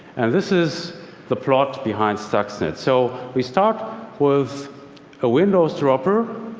and this is the plot behind stuxnet. so we start with a windows dropper.